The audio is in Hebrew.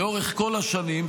לאורך כל השנים,